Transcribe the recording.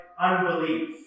unbelief